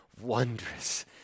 wondrous